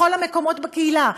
בכל המקומות בקהילה,